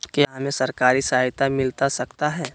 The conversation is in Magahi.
क्या हमे सरकारी सहायता मिलता सकता है?